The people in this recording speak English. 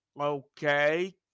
Okay